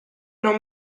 non